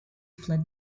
fled